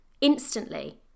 instantly